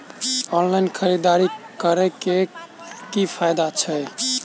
Online खरीददारी करै केँ की फायदा छै?